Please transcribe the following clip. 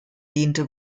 diente